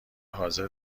حاضر